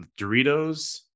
Doritos